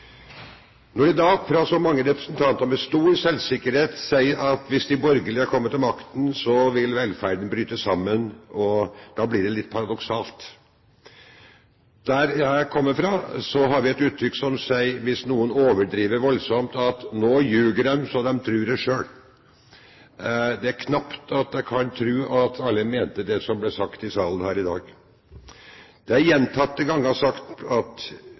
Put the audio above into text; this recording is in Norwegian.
Når da så mange representanter med stor selvsikkerhet sier at hvis de borgerlige kommer til makten, vil velferden bryte sammen, blir det litt paradoksalt. Der jeg kommer fra, har vi et uttrykk som, hvis noen overdriver voldsomt, sier at «nå ljuger de så de trur det sjøl». Det er knapt så jeg kan tro at alle mente det som ble sagt i salen her i dag. Det er gjentatte ganger sagt at